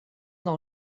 nou